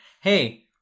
hey